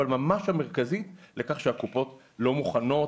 לכך שהקופות לא מוכנות,